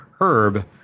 herb